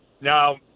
Now